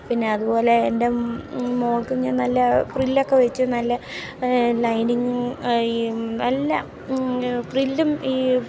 പിന്നെ അതുപോലെ എൻ്റെ മകൾക്ക് ഞാൻ നല്ല ഫ്രില്ലൊക്കെ വെച്ച് നല്ല ലൈനിങ്ങ് ഈ എല്ലാം ഫ്രില്ലും ഈ